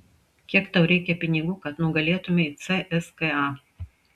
kiek tau reikia pinigų kad nugalėtumei cska